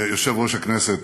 יושב-ראש הכנסת,